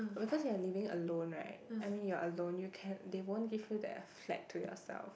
because you are living alone right I mean you are alone you can they won't give you that flat to yourself